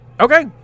Okay